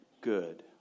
good